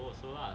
it also lah